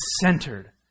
centered